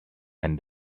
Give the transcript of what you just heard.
and